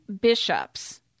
bishops